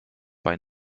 bei